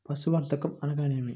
పశుసంవర్ధకం అనగానేమి?